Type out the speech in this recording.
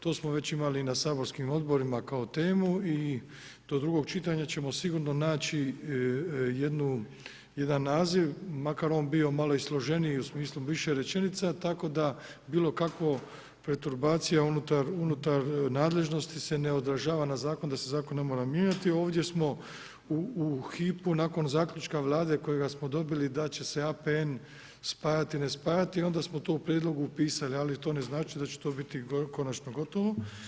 To smo već imali i na saborskim odborima kao temu i do drugog čitanja ćemo sigurno naći jedan naziv makar on bio malo i složeniji u smislu više rečenica, tako da bilokakva preturbacija unutar nadležnosti se ne odražava na zakon da se zakon ne mora mijenjati, ovdje smo u hipu nakon zaključka Vlade kojega smo dobili da će se APN spajati, ne spajati, on da smo tu u prijedlogu pisali ali to ne znači da će to biti konačno gotovo.